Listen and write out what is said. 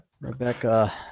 Rebecca